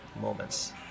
moments